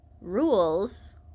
rules